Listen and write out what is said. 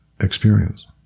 experience